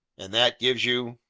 and that gives you?